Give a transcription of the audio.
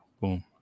boom